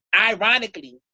ironically